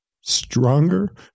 stronger